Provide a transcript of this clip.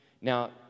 Now